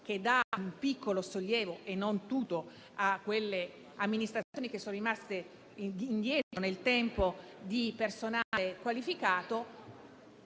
che dà un piccolo sollievo, non tutto, alle amministrazioni che sono rimaste indietro nel tempo a livello di personale qualificato,